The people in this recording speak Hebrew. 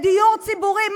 לדיור ציבורי.